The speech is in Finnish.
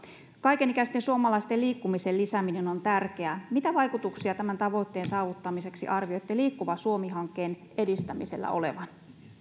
kaikenikäisten suomalaisten liikkumisen lisääminen on tärkeää mitä vaikutuksia tämän tavoitteen saavuttamiseksi arvioitte liikkuva suomi hankkeen edistämisellä olevan